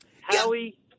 Howie